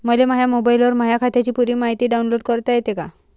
मले माह्या मोबाईलवर माह्या खात्याची पुरी मायती डाऊनलोड करता येते का?